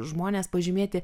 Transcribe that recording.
žmonės pažymėti